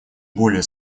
более